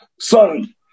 Son